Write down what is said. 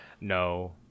no